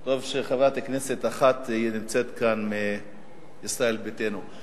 טוב שחברת כנסת אחת מישראל ביתנו נמצאת כאן.